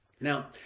Now